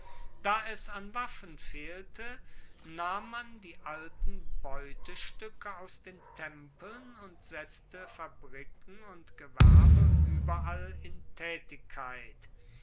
da es an waffen fehlte nahm man die alten beutestuecke aus den tempeln und setzte fabriken und gewerbe ueberall in taetigkeit